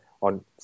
on